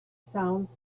sounds